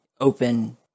open